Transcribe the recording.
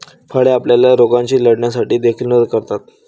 फळे आपल्याला रोगांशी लढण्यासाठी देखील मदत करतात